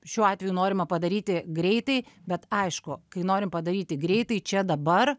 šiuo atveju norima padaryti greitai bet aišku kai norim padaryti greitai čia dabar